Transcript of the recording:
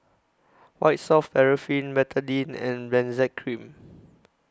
White Soft Paraffin Betadine and Benzac Cream